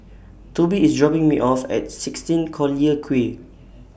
Tobi IS dropping Me off At sixteen Collyer Quay